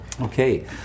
Okay